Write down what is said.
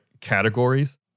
categories